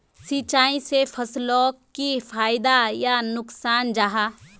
सिंचाई से फसलोक की फायदा या नुकसान जाहा?